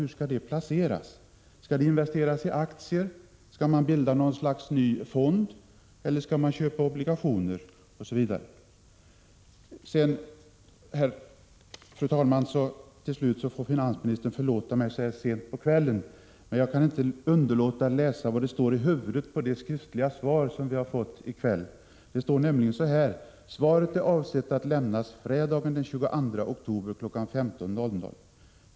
Hur skall det placeras? Skall det investeras i aktier? Skall man bilda något slags ny fond, köpa obligationer e. d.? Till slut: Finansministern får förlåta mig så här sent på kvällen, men jag kan inte underlåta att läsa upp vad som står i huvudet på det skriftliga svar som vi fått: ”Svaret är avsett att lämnas fredagen den 22 oktober kl. 15.00”.